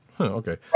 Okay